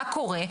מה קורה?